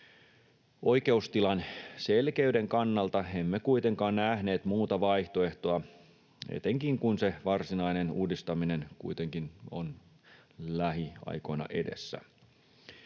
Oikeustilan selkeyden kannalta emme kuitenkaan nähneet muuta vaihtoehtoa, etenkin kun se varsinainen uudistaminen on lähiaikoina edessä.